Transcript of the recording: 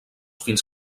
fins